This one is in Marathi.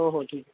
हो हो ठीक